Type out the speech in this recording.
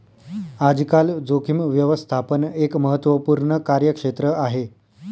आजकाल जोखीम व्यवस्थापन एक महत्त्वपूर्ण कार्यक्षेत्र आहे